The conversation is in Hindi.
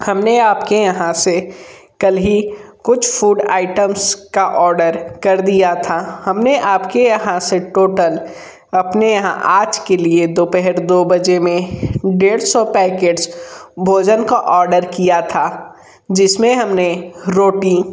हम ने आप के यहाँ से कल ही कुछ फूड आइटम्स का ऑर्डर कर दिया था हम ने आप के यहाँ से टोटल अपने यहाँ आज के लिए दोपहर दो बजे में डेढ़ सौ पैकेट्स भोजन का ऑर्डर किया था जिसमें हम ने रोटी